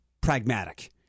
pragmatic